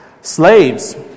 Slaves